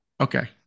okay